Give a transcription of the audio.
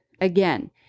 Again